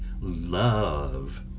love